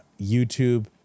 YouTube